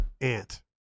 ant